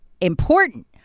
important